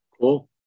Cool